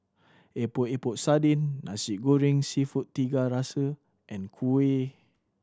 Epok Epok Sardin Nasi Goreng Seafood Tiga Rasa and kuih